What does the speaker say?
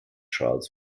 charles